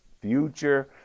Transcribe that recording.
future